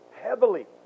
heavily